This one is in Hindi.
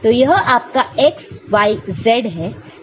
तो यह आपका x y z है